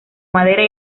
madera